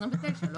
אני